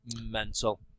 mental